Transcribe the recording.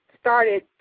started